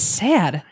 sad